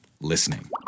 listening